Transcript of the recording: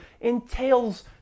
entails